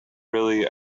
really